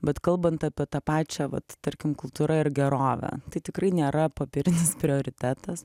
bet kalbant apie tą pačią vat tarkim kultūra ir gerovė tai tikrai nėra popierinis prioritetas